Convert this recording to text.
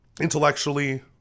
Intellectually